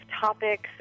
topics